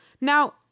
Now